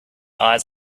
eyes